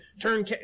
turn